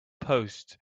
post